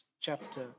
chapter